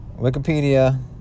Wikipedia